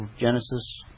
Genesis